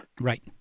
Right